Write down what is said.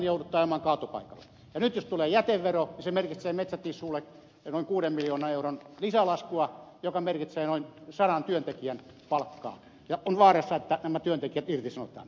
ja nyt jos tulee jätevero niin se merkitsee metsä tissuelle noin kuuden miljoonan euron lisälaskua joka merkitsee noin sadan työntekijän palkkaa ja on vaarassa että nämä työntekijät irtisanotaan